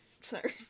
Sorry